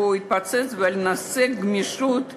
הוא התפוצץ בנושא גמישות ניהולית.